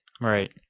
right